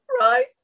right